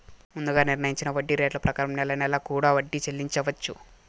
ముందుగా నిర్ణయించిన వడ్డీ రేట్ల ప్రకారం నెల నెలా కూడా వడ్డీ చెల్లించవచ్చు